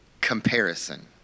comparison